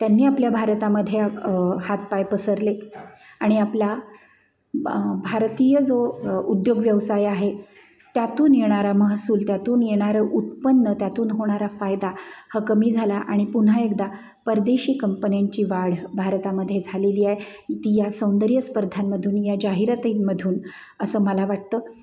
त्यांनी आपल्या भारतामध्ये हातपाय पसरले आणि आपला भारतीय जो उद्योगव्यवसाय आहे त्यातून येणारा महसूल त्यातून येणारं उत्पन्न त्यातून होणारा फायदा हा कमी झाला आणि पुन्हा एकदा परदेशी कंपन्यांची वाढ भारतामध्ये झालेली आय ती या सौंदर्य स्पर्धांमधून या जाहिरातींमधून असं मला वाटतं